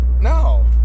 No